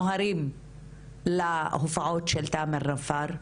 הצעירים הערביים נוהרים להופעות של תאמר נפאר,